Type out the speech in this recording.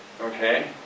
Okay